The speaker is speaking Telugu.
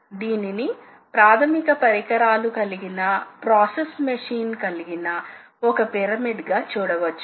కాబట్టి ముఖ్యంగా పని మరియు సాధనానికి వ్యతిరేకంగా సాపేక్ష కదలికను ఉత్పత్తి చేయాలి